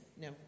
No